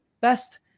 best